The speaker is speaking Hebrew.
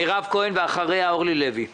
מירב כהן, ואחריה אורלי לוי אבקסיס.